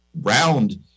round